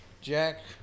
Jack